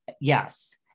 Yes